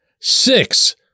six